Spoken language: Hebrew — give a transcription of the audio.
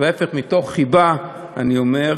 וההפך, מתוך חיבה, אני אומר,